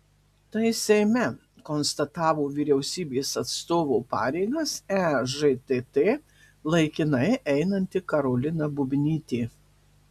tai seime konstatavo vyriausybės atstovo pareigas ežtt laikinai einanti karolina bubnytė